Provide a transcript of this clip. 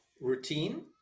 routine